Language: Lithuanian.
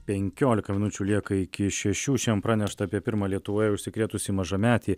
penkiolika minučių lieka iki šešių šiandien pranešta apie pirmą lietuvoje užsikrėtusį mažametį